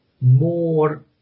more